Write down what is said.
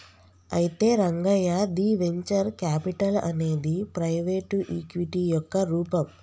అయితే రంగయ్య ది venture capital అనేది ప్రైవేటు ఈక్విటీ యొక్క రూపం